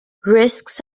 risks